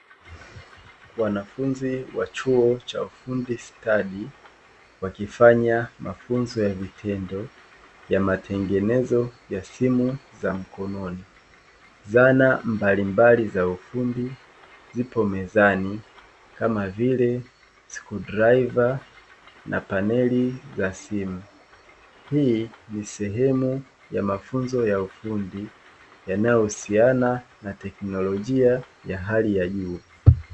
wanafunzi wa chuo cha ufundi stadi wakifanya mazoezi ya ufundi